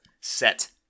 set